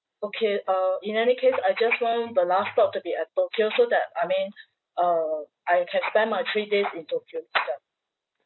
okay uh in any case I just want the last stop to be at tokyo so that I mean um I can spend my three days in tokyo itself